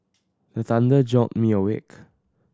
the thunder jolt me awake